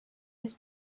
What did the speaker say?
his